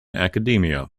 academia